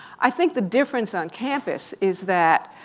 i think the difference on campus is that